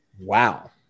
Wow